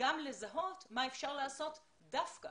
גם לזהות מה אפשר לעשות דווקא